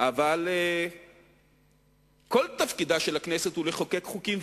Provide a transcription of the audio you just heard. אבל כל תפקידה של הכנסת הוא לחוקק חוקים,